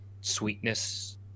sweetness